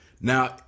Now